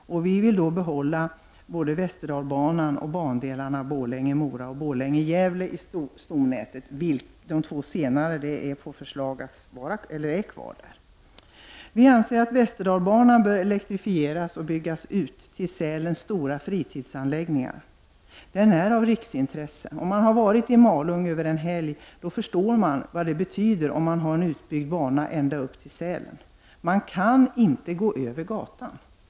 Vi vill behålla både Västerdalsbanan och bandelarna Borlänge—-Mora samt Borlänge Gävle i stomnätet. De två senare föreslås vara kvar. Vi anser att Västerdalsbanan bör elektrifieras och byggas ut till Sälens stora fritidsanläggningar. Den är av riksintresse. Om man har varit i Malung över en helg förstår man vad det betyder att ha en utbyggd bana ända upp till Sälen. Man kan inte gå över gatan.